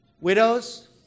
Widows